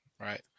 Right